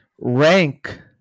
rank